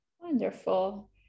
Wonderful